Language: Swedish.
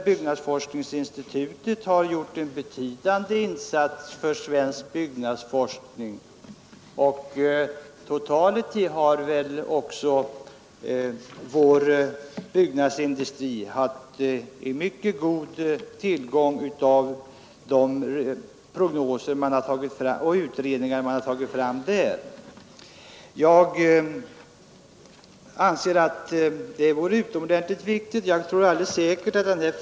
Byggnadsforskningsinstitutet har gjort en betydande insats för svensk byggnadsforskning, och totalt har väl också vår byggnadsindustri haft mycket god tillgång till de prognoser och utredningar man har tagit fram 31 där. Nr 128 Torsdagen den 30 november 1972 tiden.